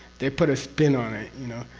they put a spin on it. you know?